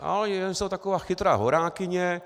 Ale oni jsou taková chytrá horákyně.